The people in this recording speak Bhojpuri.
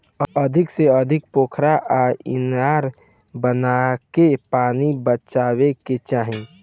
अधिका से अधिका पोखरा आ इनार बनाके पानी बचावे के चाही